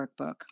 workbook